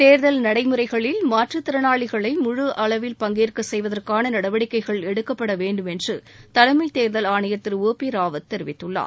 தேர்தல் நடைமுறைகளில் மாற்றத்திறனாளிகளை முழு அளவில் பங்கேற்க செய்வதற்கான நடவடிக்கைகள் எடுக்கப்பட வேண்டும் என்று தலைமைத் தேர்தல் ஆணையர் திரு ஓ பி ராவத் தெரிவித்துள்ளார்